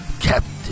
Captain